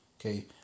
Okay